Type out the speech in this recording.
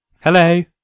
Hello